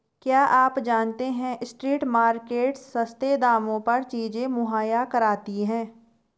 क्या आप जानते है स्ट्रीट मार्केट्स सस्ते दामों पर चीजें मुहैया कराती हैं?